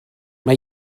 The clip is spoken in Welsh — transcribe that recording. mae